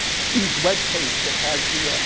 steve's web page that has the, ah,